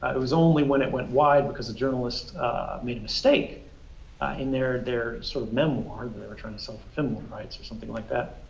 and it was only when it went wide because the journalists made a mistake in their their sort of memoir, and they were trying to sell it rights or something like that